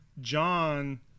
John